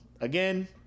again